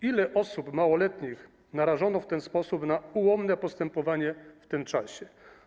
Ile osób małoletnich narażono w ten sposób na ułomne postępowanie w tym czasie?